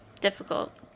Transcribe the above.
difficult